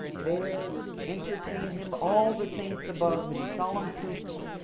there entertain him all the saints above, in solemn troops,